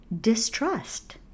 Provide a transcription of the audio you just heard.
distrust